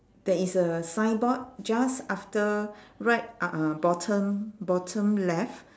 there is a signboard just after right uh uh bottom bottom left